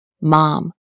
Mom